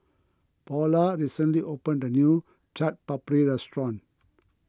Paula recently opened a new Chaat Papri restaurant